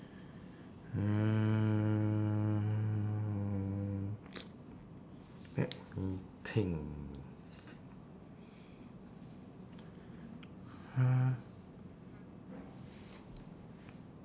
mm let me think